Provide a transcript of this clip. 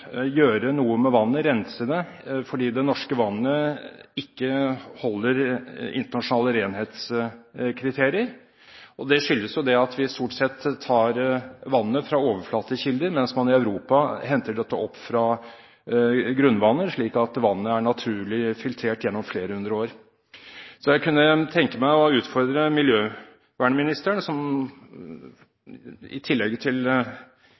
gjøre noe med vannet, rense det, fordi det norske vannet ikke holder internasjonale renhetskriterier. Det skyldes at vi stort sett tar vannet fra overflatekilder, mens man i Europa henter dette opp fra grunnvannet, slik at vannet er naturlig filtrert gjennom flere hundre år. Så jeg kunne tenke meg å utfordre miljøvernministeren, som i tillegg til